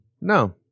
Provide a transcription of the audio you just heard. No